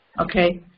okay